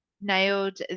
nailed